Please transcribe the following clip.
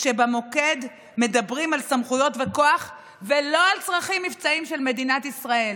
כשבמוקד מדברים על סמכויות וכוח ולא על צרכים מבצעיים של מדינת ישראל.